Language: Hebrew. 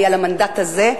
אני על המנדט הזה.